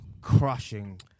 crushing